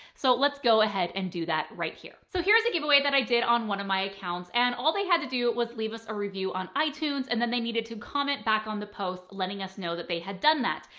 so let's go ahead and do that right here. so here's a giveaway that i did on one of my accounts and all they had to do was leave us a review on itunes and then they needed to comment back on the post letting us know that they had done that.